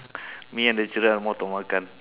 me and the children are more to makan